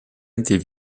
étaient